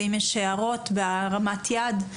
ואם יש הערות - בהרמת יד,